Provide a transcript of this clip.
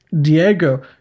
Diego